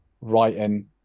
writing